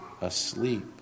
asleep